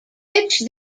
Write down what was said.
fitch